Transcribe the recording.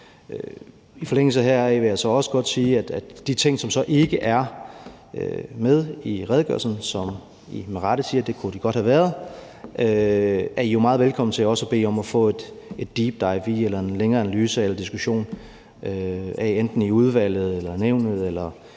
I forlængelse heraf vil jeg så også godt sige, at de ting, som ikke er med i redegørelsen, som I med rette siger de godt kunne have været, er I meget velkommen til at bede om at få et deep dive i eller en længere analyse eller diskussion af, enten i udvalget eller Nævnet